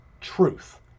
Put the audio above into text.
truth